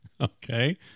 Okay